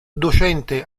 docente